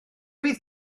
fydd